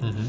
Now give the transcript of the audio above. mmhmm